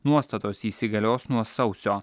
nuostatos įsigalios nuo sausio